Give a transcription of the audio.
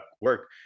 work